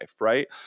Right